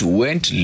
went